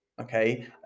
Okay